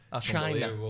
China